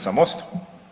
Sa Mostom?